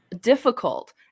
difficult